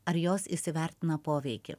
ar jos įsivertina poveikį